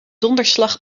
donderslag